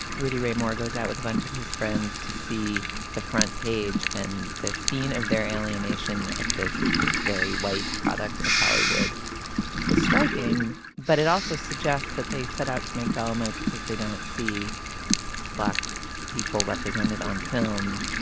rudy ray moore goes out with a bunch of his friends to see the front page and the scene of their alienation at this very white product of hollywood is striking but it also suggests that they set out to make dolomite because they don't see black people represented on film